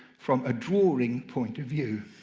from a drawing point of view.